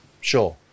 Sure